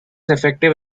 effective